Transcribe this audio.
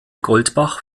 goldbach